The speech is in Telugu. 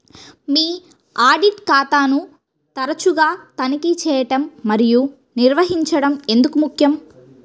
మీ ఆడిట్ ఖాతాను తరచుగా తనిఖీ చేయడం మరియు నిర్వహించడం ఎందుకు ముఖ్యం?